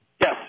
Yes